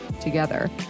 together